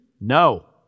No